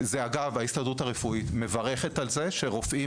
ההסתדרות הרפואית מברכת על זה שרופאים